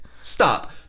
Stop